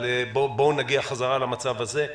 אבל בואו נגיע בחזרה למצב הזה.